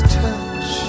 touch